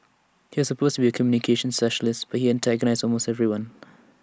he was supposed to be A communications specialist but he antagonised almost everyone